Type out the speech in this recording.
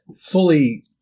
fully